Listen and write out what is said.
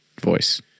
voice